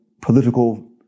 political